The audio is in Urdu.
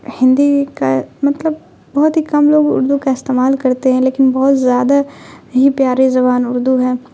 ہندی کا مطلب بہت ہی کم لوگ اردو کا استعمال کرتے ہیں لیکن بہت زیادہ ہی پیاری زبان اردو ہے